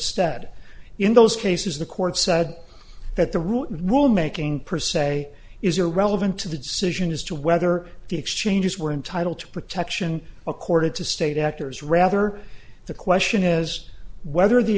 stead in those cases the court said that the rutan will making perceval is irrelevant to the decision as to whether the exchanges were entitled to protection accorded to state actors rather the question is whether the